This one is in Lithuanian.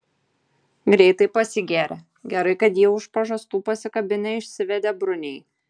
greitai pasigėrė gerai kad jį už pažastų pasikabinę išsivedė bruniai